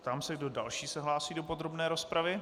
Ptám se, kdo další se hlásí do podrobné rozpravy.